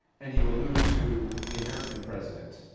and you allude to the american president.